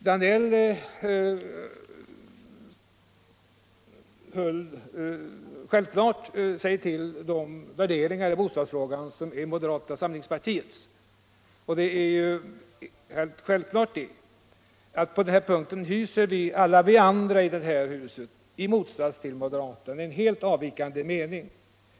Herr Danell höll sig självklart till de värderingar i bostadsfrågan som är moderata samlingspartiets. På den punkten hyser alla andra här i huset en i förhållande till moderaterna helt avvikande mening.